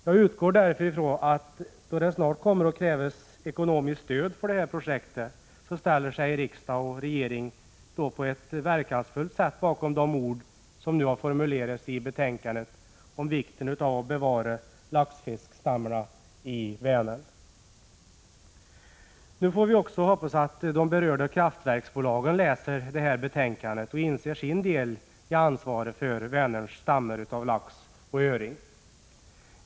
Jag utgår därför från att riksdag och regering, när det snart kommer att krävas ekonomiskt stöd för detta projekt, på ett verkansfullt sätt ställer sig bakom de ord som nu har formulerats i betänkandet om vikten av att bevara laxfiskstammarna i Vänern. Nu får vi hoppas att också de berörda kraftverksbolagen läser det här betänkandet och inser sin del i ansvaret för Vänerns stammar av lax och öring.